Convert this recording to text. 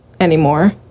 anymore